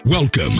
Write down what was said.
Welcome